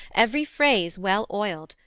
every phrase well-oiled,